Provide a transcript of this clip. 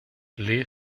lee